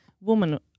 woman